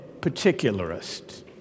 particularist